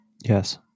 Yes